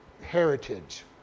heritage